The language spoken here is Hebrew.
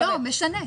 לא, משנה.